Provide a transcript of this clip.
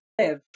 live